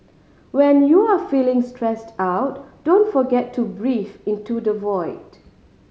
when you are feeling stressed out don't forget to breathe into the void